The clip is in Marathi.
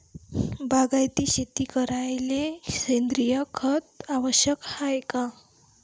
बागायती शेती करायले सेंद्रिय खत आवश्यक हाये का?